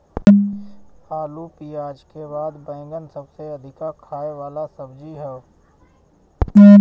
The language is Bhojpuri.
आलू पियाज के बाद बैगन सबसे अधिका खाए वाला सब्जी हअ